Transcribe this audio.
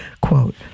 quote